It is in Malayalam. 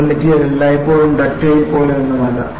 ഒരു മെറ്റീരിയൽ എല്ലായ്പ്പോഴും ഡക്റ്റൈൽ പോലെ ഒന്നുമില്ല